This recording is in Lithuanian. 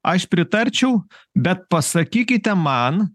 aš pritarčiau bet pasakykite man